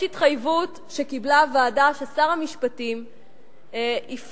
יש התחייבות שקיבלה הוועדה ששר המשפטים יפנה